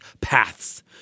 paths